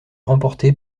remportée